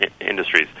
industries